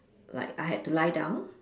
like I had to lie down